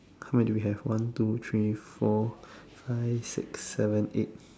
how many do we have one two three four five six seven eight